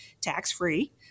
tax-free